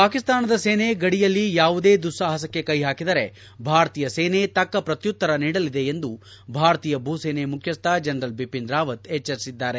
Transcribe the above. ಪಾಕಿಸ್ತಾನದ ಸೇನೆ ಗಡಿಯಲ್ಲಿ ಯಾವುದೇ ದುಸ್ಲಾಹಸಕ್ಕೆ ಕೈ ಹಾಕಿದರೆ ಭಾರತೀಯ ಸೇನೆ ತಕ್ಕ ಪ್ರತ್ಯುತ್ತರ ನೀಡಲಿದೆ ಎಂದು ಭಾರತೀಯ ಭೂಸೇನೆ ಮುಖ್ಚಸ್ಥ ಜನರಲ್ ಬಿಪಿನ್ ರಾವತ್ ಎಚ್ಚರಿಸಿದ್ದಾರೆ